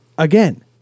Again